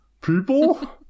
people